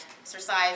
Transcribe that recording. exercise